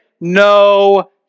no